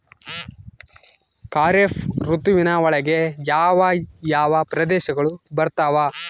ಖಾರೇಫ್ ಋತುವಿನ ಒಳಗೆ ಯಾವ ಯಾವ ಪ್ರದೇಶಗಳು ಬರ್ತಾವ?